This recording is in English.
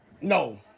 No